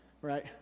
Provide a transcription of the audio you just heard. right